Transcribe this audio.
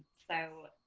so,